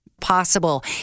possible